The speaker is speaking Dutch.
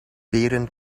peren